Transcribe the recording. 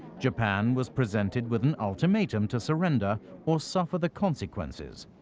japan was presented with an ultimatum to surrender or suffer the consequences.